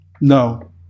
No